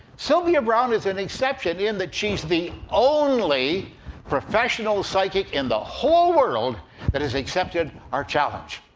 sylvia browne is an exception in that she's the only professional psychic in the whole world that has accepted our challenge.